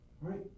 Right